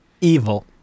Evil